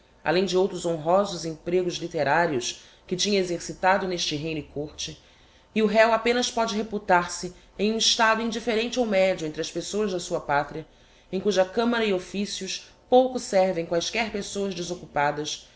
além de outros honrosos empregos litterarios que tinha exercitado n'este reino e côrte e o réo apenas póde reputar se em um estado indifferente ou medio entre as pessoas da sua patria em cuja camara e officios pouco servem quaesquer pessoas desoccupadas